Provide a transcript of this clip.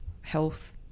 health